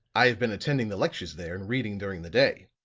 i have been attending the lectures there and reading during the day.